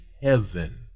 heaven